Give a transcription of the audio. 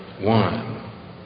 one